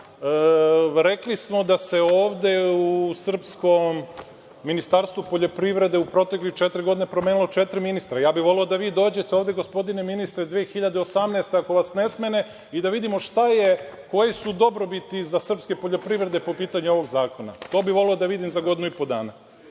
rekli smo da se ovde u srpskom Ministarstvu poljoprivrede u proteklih četiri godine promenilo četiri ministra, ja bih voleo da vi dođete ovde 2018. godine, ako vas ne smene, i da vidimo koje su dobrobiti srpske poljoprivrede po pitanju ovog zakona. To bih voleo da vidim za godinu i po dana.